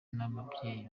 n’ababyeyi